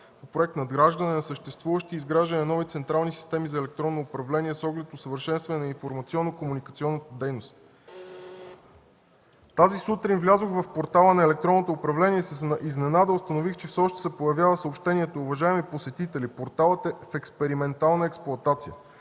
по Проект „Надграждане на съществуващи и изграждане на нови централни системи за електронно управление с оглед усъвършенстване на информационно-комуникационната дейност”. (Председателят дава сигнал, че времето е изтекло.) Тази сутрин влязох в портала на електронното управление и с изненада установих, че все още се появява съобщението: „Уважаеми посетители, порталът е в експериментална експлоатация.